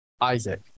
Isaac